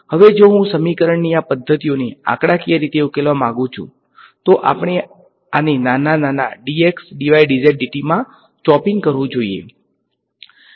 હવે જો હું સમીકરણોની આ પદ્ધતિને આંકડાકીય રીતે ઉકેલવા માંગુ છું તો આપણે આને નાના dx dy dz dt માં ચોપિંગ કરવુ જોઈએ